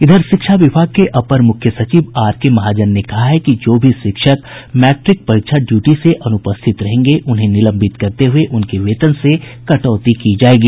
इधर शिक्षा विभाग के अपर मुख्य सचिव आर के महाजन ने कहा है कि जो भी शिक्षक मैट्रिक परीक्षा ड्यूटी से अनुपस्थित रहेंगे उन्हें निलंबित करते हुये उनके वेतन से कटौती की जायेगी